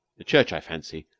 the church, i fancy,